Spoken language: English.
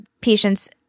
patients